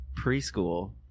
preschool